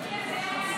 תוספת